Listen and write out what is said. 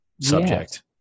subject